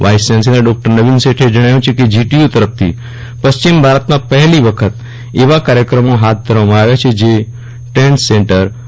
vice chancellor doctor Navin શેઠે જણાવ્યું છે કે જીટીયુ તરફથી પશ્ચિમ ભારતમાં પહેલી વખત એવા કાર્યક્રમો હાથ ધરવામાં આવ્યા છે કે જે ટ્રેન્ડ સેટર બની ગયા છે